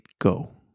go